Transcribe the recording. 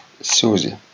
susie